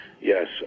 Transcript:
Yes